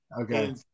Okay